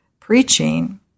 preaching